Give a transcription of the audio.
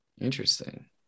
interesting